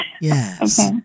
Yes